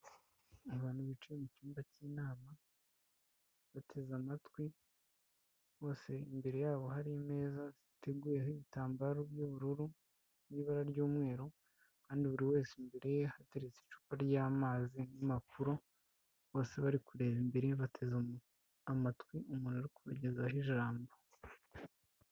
Abantu bicaye mu cyumba cy'inama, bateze amatwi, bose imbere yabo hari imeza ziteguyeho ibitambaro by'ubururu n'ibara ry'umweru, kandi buri wese imbere ye hateretse icupa ry'amazi n'impapuro, bose bari kureba imbere bateze amatwi, umuntu uri kubagezaho ijambo.